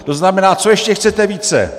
To znamená, co ještě chcete více?